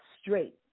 straight